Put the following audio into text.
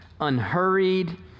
unhurried